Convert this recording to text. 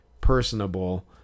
personable